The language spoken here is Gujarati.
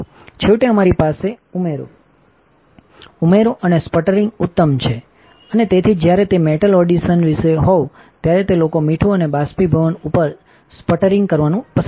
છેવટે અમારી પાસે ઉમેરો ઉમેરો અને સ્પટરિંગ ઉત્તમ છે અને તેથી જ જ્યારે તે મેટલ એડિશન વિશે હોય ત્યારે લોકો મીઠુંઅને બાષ્પીભવનઉપર સ્પટરિંગ કરવાનું પસંદ કરે છે